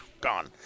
gone